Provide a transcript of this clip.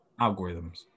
algorithms